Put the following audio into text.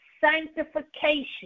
sanctification